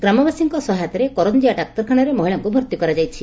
ଗ୍ରାମବାସୀମାନଙ୍କ ସହାୟତାରେ କରଞ୍ଞିଆ ଡାକ୍ତରଖାନାରେ ମହିଳାଙ୍କ ଭର୍ତି କରାଯାଇଛି